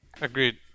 agreed